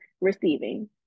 receiving